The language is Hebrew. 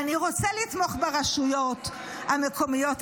אני רוצה לתמוך ברשויות המקומיות הערביות,